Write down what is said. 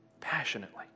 passionately